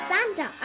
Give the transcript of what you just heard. Santa